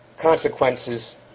consequences